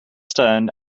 stone